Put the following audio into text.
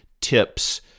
tips